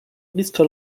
blisko